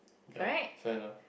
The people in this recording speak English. ya fair enough